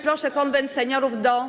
Proszę Konwent Seniorów do